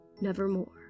nevermore